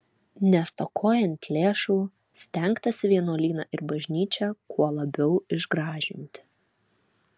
nestokojant lėšų stengtasi vienuolyną ir bažnyčią kuo labiau išgražinti